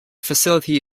facility